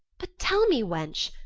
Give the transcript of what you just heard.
but tell me, wench,